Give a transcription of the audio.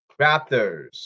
Raptors